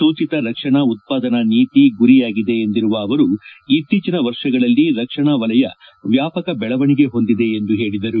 ಸೂಚಿತ ರಕ್ಷಣಾ ಉತ್ಪಾದನಾ ನೀತಿ ಗುರಿಯಾಗಿದೆ ಎಂದಿರುವ ಅವರು ಇತ್ತೀಚಿನ ವರ್ಷಗಳಲ್ಲಿ ರಕ್ಷಣಾ ವಲಯ ವ್ಯಾಪಕ ಬೆಳವಣಿಗೆ ಹೊಂದಿದೆ ಎಂದು ಹೇಳದರು